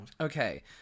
Okay